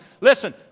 Listen